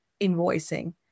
invoicing